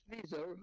visa